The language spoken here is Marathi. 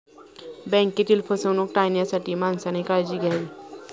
बँकेतील फसवणूक टाळण्यासाठी माणसाने काळजी घ्यावी